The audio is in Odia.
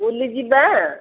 ବୁଲି ଯିବା